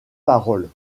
paroles